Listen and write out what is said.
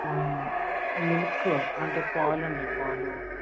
milk అంటే పాలు అండి పాలు